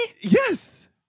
Yes